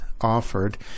offered